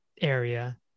area